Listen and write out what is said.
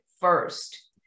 first